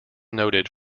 noted